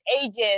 ages